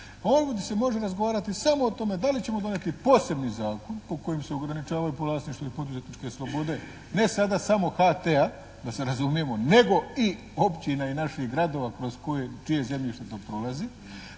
gdje se može razgovarati samo o tome da li ćemo donijeti posebni zakon po kojem se ograničavaju po vlasništvu i poduzetničke slobode ne sada samo HT-a, da se razumijemo, nego i općina i naših gradova kroz koje, čije zemljište to prolazi